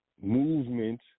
movement